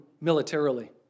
militarily